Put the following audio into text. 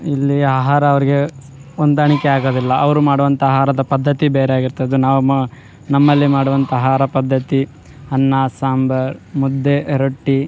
ಇಲ್ಲಿ ಆಹಾರ ಅವ್ರಿಗೆ ಹೊಂದಾಣಿಕೆ ಆಗೋದಿಲ್ಲ ಅವರು ಮಾಡುವಂಥ ಆಹಾರದ ಪದ್ಧತಿ ಬೇರೆ ಆಗಿರ್ತದೆ ನಾವು ಮ ನಮ್ಮಲ್ಲಿ ಮಾಡುವಂಥ ಆಹಾರ ಪದ್ಧತಿ ಅನ್ನ ಸಾಂಬಾರು ಮುದ್ದೆ ರೊಟ್ಟಿ